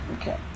Okay